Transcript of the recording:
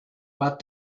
but